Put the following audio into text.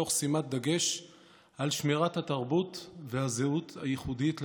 תוך שימת דגש על שמירת התרבות והזהות הייחודית להם,